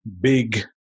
big